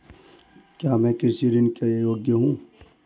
क्या मैं कृषि ऋण के योग्य हूँ?